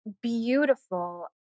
beautiful